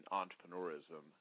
entrepreneurism